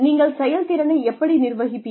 நீங்கள் செயல்திறனை எப்படி நிர்வகிப்பீர்கள்